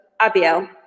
Abiel